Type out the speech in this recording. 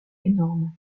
énormes